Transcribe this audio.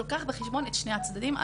שלוקח בחשבון את שני הצדדים,